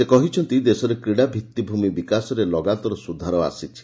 ସେ କହିଛନ୍ତି ଦେଶରେ କ୍ରୀଡ଼ା ଭିଉିଭ୍ରମି ବିକାଶରେ ଲଗାତର ସୁଧାର ଆସିଛି